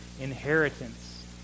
inheritance